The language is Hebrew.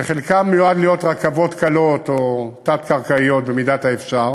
שחלקם מיועדים להיות רכבות קלות או תת-קרקעיות במידת האפשר,